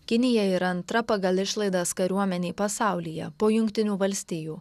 kinija yra antra pagal išlaidas kariuomenė pasaulyje po jungtinių valstijų